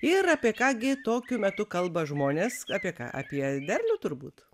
ir apie ką gi tokiu metu kalba žmonės apie ką apie derlių turbūt